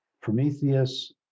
Prometheus